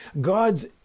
God's